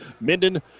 Minden